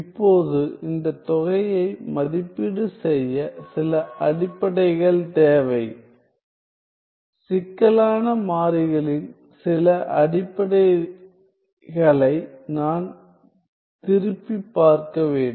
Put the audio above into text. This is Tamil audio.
இப்போது இந்த தொகையை மதிப்பீடு செய்ய சில அடிப்படைகள் தேவை சிக்கலான மாறிகளின் சில அடிப்படைகளை நான் திருப்பிப் பார்க்க வேண்டும்